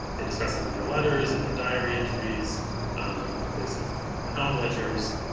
they discuss them in their letters, in their diary entries um they discuss them in account ledgers,